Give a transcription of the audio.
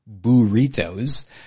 burritos